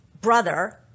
brother